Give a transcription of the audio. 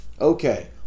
Okay